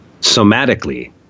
somatically